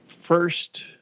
first